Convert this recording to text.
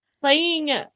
Playing